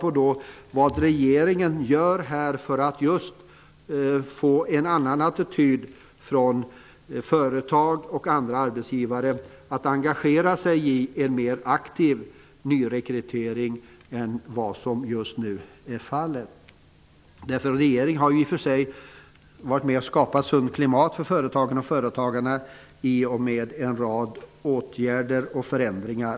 Vad gör regeringen för att ändra attityden hos företag och andra arbetsgivare, så att de engagerar sig i en mer aktiv nyrekrytering än vad som just nu är fallet? Regeringen har i och för sig medverkat till att skapa ett sunt klimat för företagen och företagarna genom en rad åtgärder och förändringar.